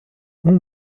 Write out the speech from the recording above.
اون